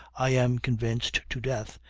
i am convinced, to death,